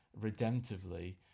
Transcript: redemptively